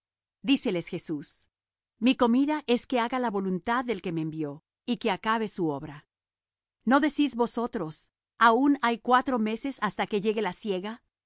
comer díceles jesús mi comida es que haga la voluntad del que me envió y que acabe su obra no decís vosotros aun hay cuatro meses hasta que llegue la siega